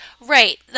Right